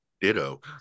Ditto